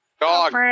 dog